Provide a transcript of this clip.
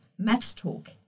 mathstalk